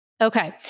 Okay